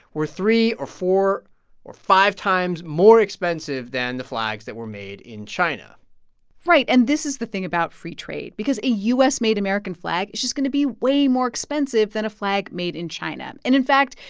were three or four or five times more expensive than the flags that were made in china right. and this is the thing about free trade because a u s made american flag is just going to be way more expensive than a flag made in china. and in fact,